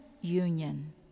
union